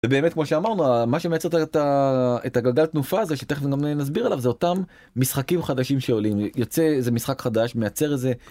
ובאמת כמו שאמרנו מה שמייצר את הגלגל תנופה הזה שתכף גם נסביר עליו זה אותם משחקים חדשים שעולים. יוצא איזה משחק חדש, מייצר איזה